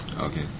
Okay